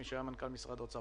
מי שהיה מנכ"ל משרד האוצר.